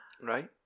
Right